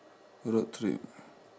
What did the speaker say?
road trip